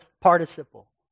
participle